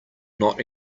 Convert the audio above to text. not